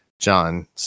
John